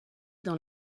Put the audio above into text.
dans